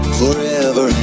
forever